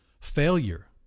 failure